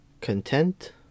content